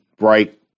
right